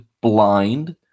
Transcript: blind